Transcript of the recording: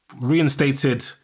reinstated